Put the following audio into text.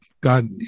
God